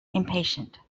impatient